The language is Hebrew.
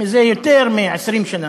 זה יותר מ-20 שנה,